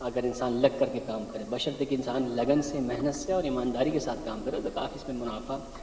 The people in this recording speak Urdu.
اگر انسان لگ کر کے کام کرے بشرطے کہ انسان لگن سے محنت سے اور ایمانداری کے ساتھ کام کرے تو کافی اِس میں مُنافع